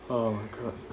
oh my god